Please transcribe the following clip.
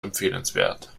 empfehlenswert